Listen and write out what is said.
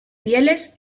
pieles